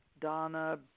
Donna